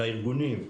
לארגונים,